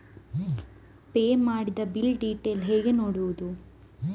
Pay ಮಾಡಿದ bill detail ಹೇಗೆ ನೋಡುವುದು?